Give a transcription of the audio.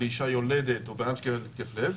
באישה יולדת או במישהו שעובר התקף לב,